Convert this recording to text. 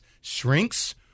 shrinks